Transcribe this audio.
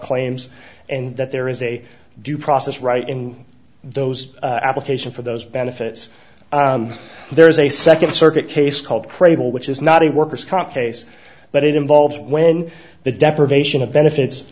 claims and that there is a due process right in those application for those benefits there is a second circuit case called crable which is not a worker's comp case but it involves when the deprivation of benefits